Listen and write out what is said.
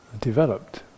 Developed